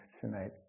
tonight